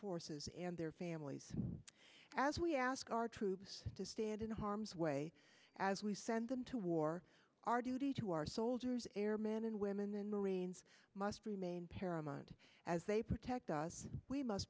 forces and their families as we ask our troops to stand in harm's way as we send them to war our duty to our soldiers airmen and women and marines must remain paramount as they protect us we must